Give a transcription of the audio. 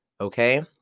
Okay